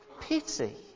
Pity